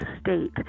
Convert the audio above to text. state